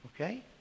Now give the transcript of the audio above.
Okay